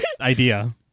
idea